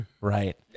Right